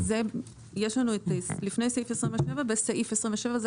יש לנו את לפני סעיף 27 וסעיף 27. זה